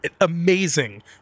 Amazing